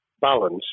balance